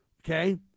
Okay